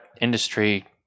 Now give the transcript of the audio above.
industry